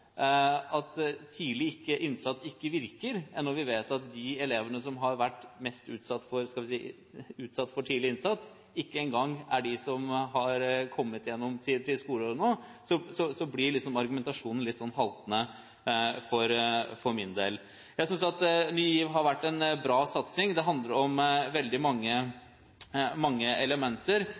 at tidlig innsats ikke virker, når vi vet at de elevene som har vært mest – skal vi si – utsatt for tidlig innsats, ikke engang har kommet gjennom i skoleåret nå, blir argumentasjonen litt haltende for min del. Jeg synes Ny GIV har vært en bra satsing. Det handler om veldig mange elementer,